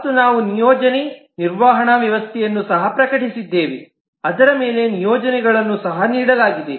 ಮತ್ತು ನಾವು ನಿಯೋಜನೆ ನಿರ್ವಹಣಾ ವ್ಯವಸ್ಥೆಯನ್ನು ಸಹ ಪ್ರಕಟಿಸಿದ್ದೇವೆ ಅದರ ಮೇಲೆ ನಿಯೋಜನೆಗಳನ್ನು ಸಹ ನೀಡಲಾಗಿದೆ